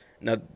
Now